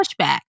pushback